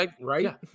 right